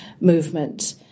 movement